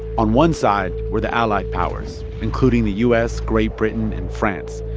on one side where the allied powers, including the u s, great britain and france.